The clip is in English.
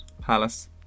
Palace